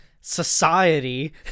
society